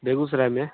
बेगूसराय में